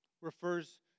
refers